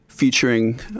Featuring